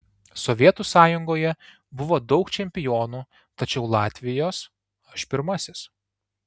sovietų sąjungoje buvo daug čempionų tačiau latvijos aš pirmasis